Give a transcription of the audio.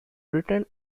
written